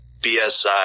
BSI